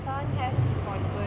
and